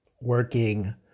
working